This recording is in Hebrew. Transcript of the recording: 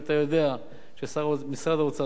אתה יודע שמשרד האוצר,